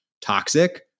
toxic